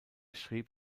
schrieb